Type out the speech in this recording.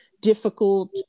difficult